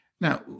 Now